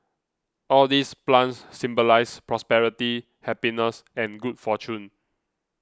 all these plants symbolise prosperity happiness and good fortune